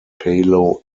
palo